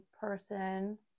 person